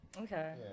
Okay